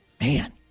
Man